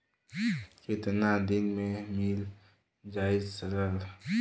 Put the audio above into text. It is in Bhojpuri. कितना दिन में मील जाई ऋण?